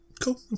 Cool